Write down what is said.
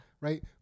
Right